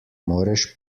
moreš